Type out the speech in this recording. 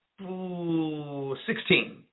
16